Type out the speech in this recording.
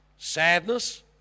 Sadness